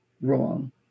wrong